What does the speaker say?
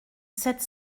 sept